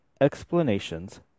explanations